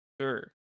Sure